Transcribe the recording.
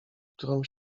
którą